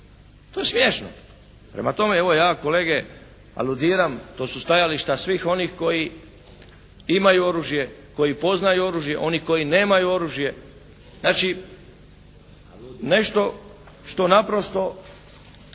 To je smiješno. Prema tome, evo ja kolege aludiram, to su stajališta svih onih koji imaju oružje, koji poznaju oružje, oni koji nemaju oružje. Znači, nešto što naprosto